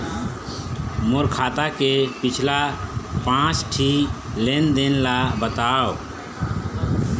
मोर खाता के पिछला पांच ठी लेन देन ला बताव?